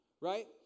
right